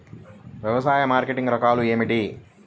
వ్యవసాయ మార్కెటింగ్ రకాలు ఏమిటి?